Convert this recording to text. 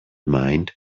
mind